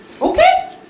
okay